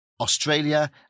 Australia